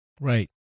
Right